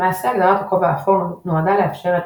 למעשה הגדרת הכובע האפור נועדה לאפשר את